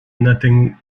nothing